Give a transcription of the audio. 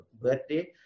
birthday